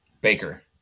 Baker